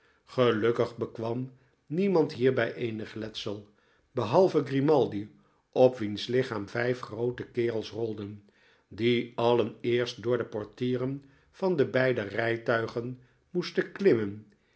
gelukkigbekwam niemand hierbij eenig letsel behalve grimaldi op wiens lichaam vijf groote kerels rolden die alien eerst door de portieren van de beide rijtuigen moesten klimmen